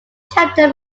chapter